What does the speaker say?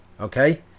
Okay